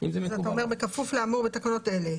אתה אומר שבכפוף לאמור בתקנות אלה.